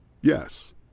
Yes